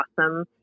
awesome